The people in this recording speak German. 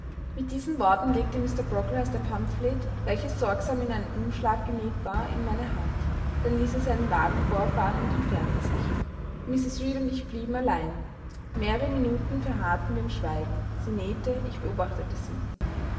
mit diesen worten legte mr brocklehurst ein pamphlet welches sorgsam in einen umschlag genäht war in meine hand dann ließ er seinen wagen vorfahren und entfernte sich mrs reed und ich blieben allein mehre minuten verharrten wir im schweigen sie nähte ich beobachtete sie